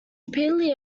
repeatedly